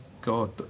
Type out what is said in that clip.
God